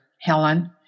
Helen